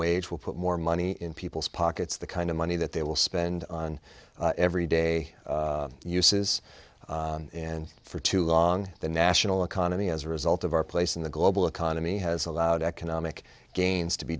wage will put more money in people's pockets the kind of money that they will spend on every day uses and for too long the national economy as a result of our place in the global economy has allowed economic gains to be